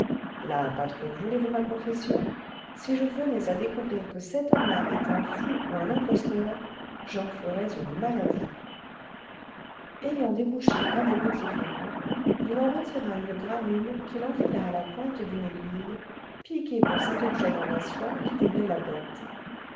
là patron voulez-vous ma confession si je venais à découvrir que cet homme-là est un fou ou un imposteur j'en ferais une maladie ayant débouché un des petits flacons il en retira une granule qu'il enfila à la pointe d'une aiguille piquée pour cet objet dans la soie qui doublait la boîte